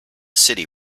city